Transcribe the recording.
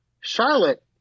Charlotte